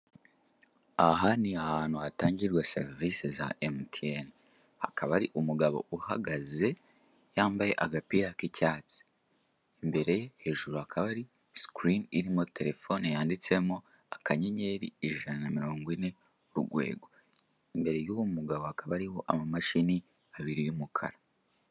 Aha ni ahantu hatangirwa serivise za MTN. Hakaba hari umugabo uhagaze yambaye agapira k'icyatsi. Imbere hejuru hakaba hari sikirini irimo telefone yanditsemo akanyenyeri ijana na miringo ine urwego. Imbere y'uwo mugabo hakaba hari amamashini abiri y'umukara.